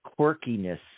quirkiness